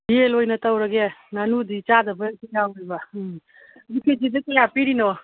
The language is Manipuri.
ꯌꯦꯟ ꯑꯣꯏꯅ ꯇꯧꯔꯒꯦ ꯉꯥꯅꯨꯗꯤ ꯆꯥꯗꯕ ꯌꯥꯎꯏꯕ ꯎꯝ ꯀꯦ ꯖꯤꯗ ꯀꯌꯥ ꯄꯤꯔꯤꯅꯣ